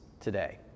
today